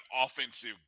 offensive